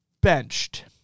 benched